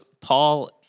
Paul